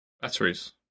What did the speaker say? Batteries